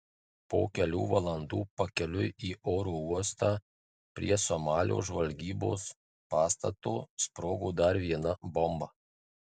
po kelių valandų pakeliui į oro uostą prie somalio žvalgybos pastato sprogo dar viena bomba